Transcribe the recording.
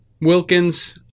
Wilkins